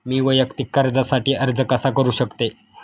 मी वैयक्तिक कर्जासाठी अर्ज कसा करु शकते?